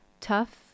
tough